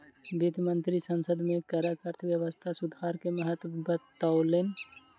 वित्त मंत्री संसद में करक अर्थव्यवस्था सुधार के महत्त्व बतौलैन